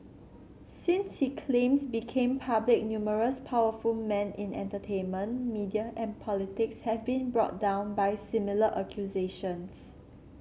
since he claims became public numerous powerful men in entertainment media and politics have been brought down by similar accusations